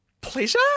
Pleasure